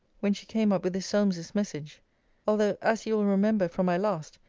when she came up with this solmes's message although, as you will remember from my last,